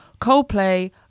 coldplay